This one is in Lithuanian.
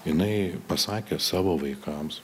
jinai pasakė savo vaikams